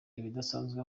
ibidasanzwe